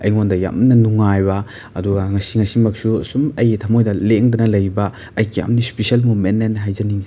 ꯑꯩꯉꯣꯟꯗ ꯌꯥꯝꯅ ꯅꯨꯡꯉꯥꯏꯕ ꯑꯗꯨꯒ ꯉꯁꯤ ꯉꯁꯤꯃꯛꯁꯨ ꯁꯨꯝ ꯑꯩꯒꯤ ꯊꯃꯣꯏꯗ ꯂꯦꯡꯗꯅ ꯂꯩꯕ ꯑꯩꯒꯤ ꯌꯥꯝꯅ ꯏꯁꯄꯤꯁꯦꯜ ꯃꯨꯃꯦꯟꯅꯦꯅ ꯍꯥꯏꯖꯅꯤꯡꯉꯤ